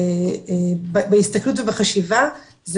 בהסתכלות ובחשיבה,